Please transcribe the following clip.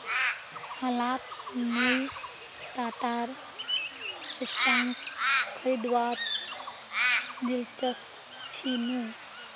हालत मुई टाटार स्टॉक खरीदवात दिलचस्प छिनु